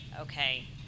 okay